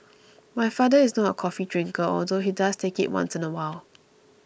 my father is not a coffee drinker although he does take it once in a while